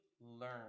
learn